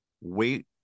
Wait